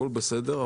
הכל בסדר,